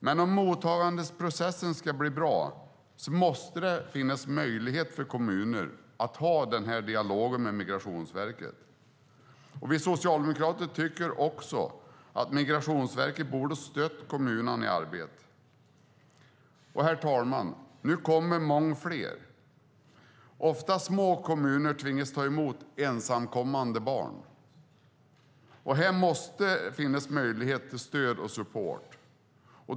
Men om mottagandeprocessen ska bli bra måste det finnas möjlighet för kommuner att föra en dialog med Migrationsverket. Vi socialdemokrater tycker också att Migrationsverket borde ha stött kommunerna i deras arbete. Nu kommer det många fler. Små kommuner tvingas ofta att ta emot ensamkommande barn. Här måste finnas möjlighet till stöd och support.